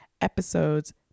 episodes